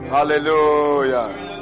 Hallelujah